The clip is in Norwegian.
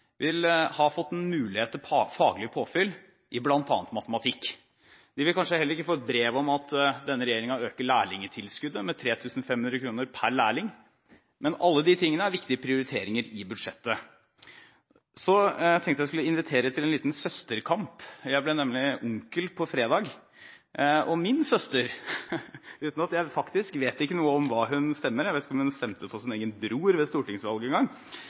at denne regjeringen øker lærlingtilskuddet med 3 500 kr per lærling. Men alle de tingene er viktige prioriteringer i budsjettet. Jeg tenkte jeg skulle invitere til en liten søsterkamp: Jeg ble nemlig onkel på fredag, og min søster – jeg vet ikke hva hun stemmer og om hun stemte på sin egen bror ved stortingsvalget engang – har en